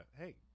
hey